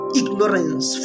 ignorance